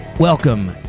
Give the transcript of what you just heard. Welcome